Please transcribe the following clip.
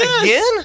again